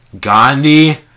Gandhi